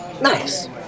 nice